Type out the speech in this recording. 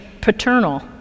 paternal